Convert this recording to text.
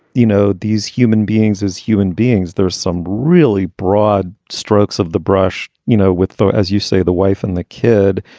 you know, these human beings as human beings? there's some really broad strokes of the brush. you know, with thought, as you say, the wife and the kid.